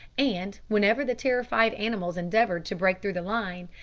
and, whenever the terrified animals endeavoured to break through the line,